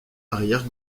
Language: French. arrière